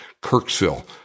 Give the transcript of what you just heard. Kirksville